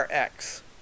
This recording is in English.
rx